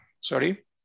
Sorry